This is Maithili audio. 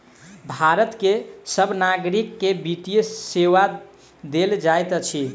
भारत के सभ नागरिक के वित्तीय सेवा देल जाइत अछि